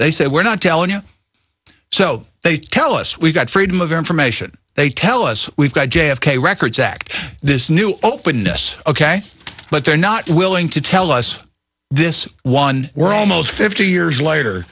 they said we're not telling you so they tell us we've got freedom of information they tell us we've got j f k records act this new openness ok but they're not willing to tell us this one we're almost fifty years later